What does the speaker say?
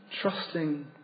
Trusting